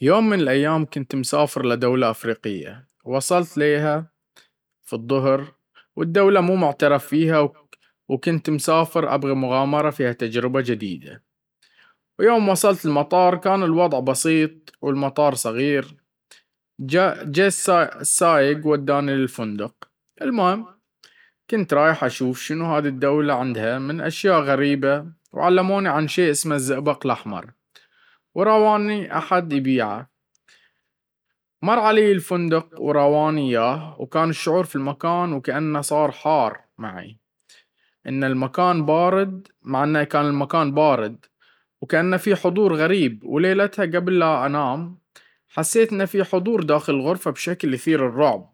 يوم من الأيام كنت مسافر لدولة أفريقية, وصلت ليها في الظهر والدولة مو معترف فيها, وكنت مسافر أبغي مغامرة فيها تجربة جديدة, ويوم وصلت المطار كان الوضع بسيظ والمطار صغير, جاء السائق وداني للفندق. المهم كنت رايح اشوف شنو هذي الدولة عندها من اشياء غريبة وعلموني عن شي اسمه الزئبق الاحمر, وراوني احد يبيعه. مر علي الفندق وراواني اياه وكان الشعور في المكان وكأنه صار حار معى ان المكان بارد مع انه كان المكان بارد وكأنه في حضور غريب, وليلتها قبل لا انام حسيت انه في حضور داخل الغرفة بشكل يثير الرعب,